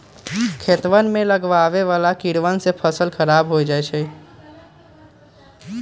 खेतवन में लगवे वाला कीड़वन से फसल खराब हो जाहई